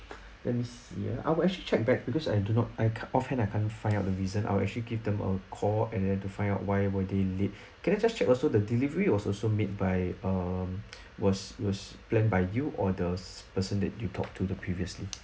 let me see ya I will actually check back because I do not I ca~ offhand lah can't find out the reason I will actually give them a call and then to find out why were they late can I just check also the delivery was also made by um was was planned by you or the s~ person that you talk to the previously